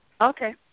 Okay